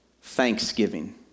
thanksgiving